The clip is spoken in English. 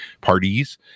parties